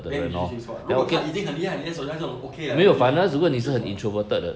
then 你就听说 liao 如果你已经很厉害厉害那种 okay liao 你就去你什么